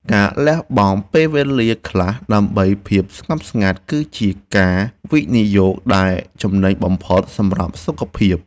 ការលះបង់ពេលវេលាខ្លះដើម្បីភាពស្ងប់ស្ងាត់គឺជាការវិនិយោគដែលចំណេញបំផុតសម្រាប់សុខភាព។